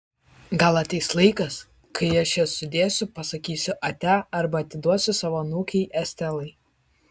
gal ateis laikas kai aš jas sudėsiu pasakysiu ate arba atiduosiu savo anūkei estelai